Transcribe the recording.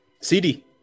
CD